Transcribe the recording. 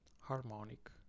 harmonic